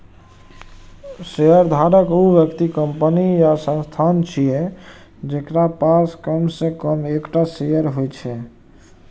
शेयरधारक ऊ व्यक्ति, कंपनी या संस्थान छियै, जेकरा पास कम सं कम एकटा शेयर होइ छै